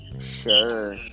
Sure